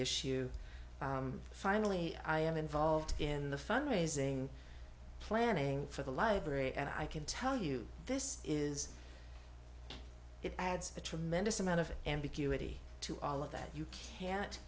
issue finally i am involved in the fund raising planning for the library and i can tell you this is it adds a tremendous amount of ambiguity to all of that you can't